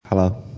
Hello